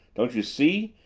don't you see?